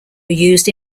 used